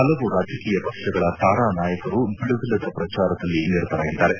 ಹಲವು ರಾಜಕೀಯ ಪಕ್ಷಗಳ ತಾರಾ ನಾಯಕರು ಬಿಡುವಿಲ್ಲದ ಪ್ರಚಾರದಲ್ಲಿ ನಿರತರಾಗಿದ್ದಾರೆ